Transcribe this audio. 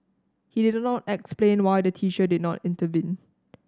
he did not explain why the teacher did not intervene